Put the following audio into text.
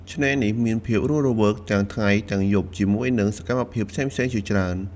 ឆ្នេរនេះមានភាពរស់រវើកទាំងថ្ងៃទាំងយប់ ជាមួយនឹងសកម្មភាពផ្សេងៗជាច្រើន។